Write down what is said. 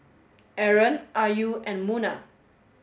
Aaron Ayu and Munah